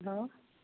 hello